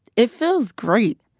it feels great.